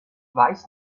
weiß